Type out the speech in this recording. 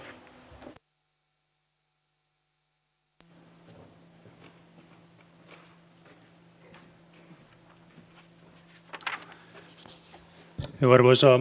arvoisa puhemies